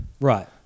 right